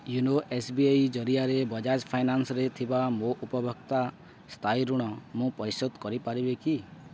YONO S B I ଜରିଆରେ ବଜାଜ୍ ଫାଇନାନ୍ସରେ ଥିବା ମୋ ଉପଭୋକ୍ତା ସ୍ଥାୟୀ ଋଣ ମୁଁ ପରିଶୋଧ କରିପାରିବି କି